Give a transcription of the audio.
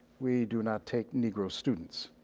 we do not take negro students.